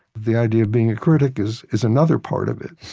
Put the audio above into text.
the idea of being a critic is is another part of it.